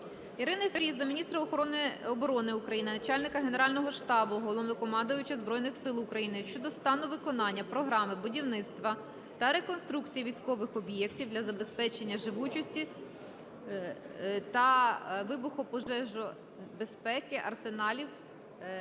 Ірини Фріз до міністра оборони України, Начальника Генерального штабу - Головнокомандувача Збройних Сил України щодо стану виконання програми Будівництва та реконструкції військових об'єктів для забезпечення живучості та вибухопожежобезпеки арсеналів, баз